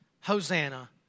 Hosanna